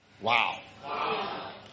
Wow